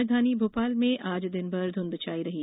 राजधानी भोपाल में आज दिनभर धूंध छाई रही